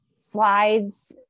slides